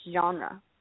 genre